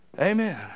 Amen